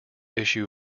issue